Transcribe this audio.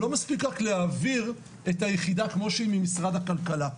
לא מספיק רק להעביר את היחידה כמו שהיא ממשרד הכלכלה.